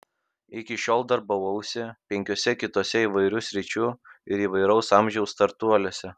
iki šiol darbavausi penkiuose kituose įvairių sričių ir įvairaus amžiaus startuoliuose